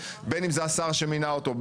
בין אם זה השר שמינה אותו,